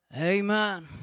Amen